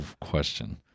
question